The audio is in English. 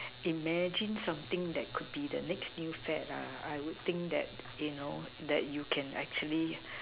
imagine something that could be the next new fad I would think that you know that you can actually